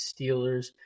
Steelers